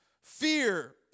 Fear